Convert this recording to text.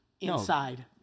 inside